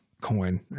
coin